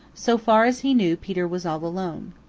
so far as he knew, peter was all alone.